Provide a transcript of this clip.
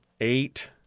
Eight